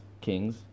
kings